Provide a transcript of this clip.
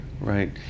Right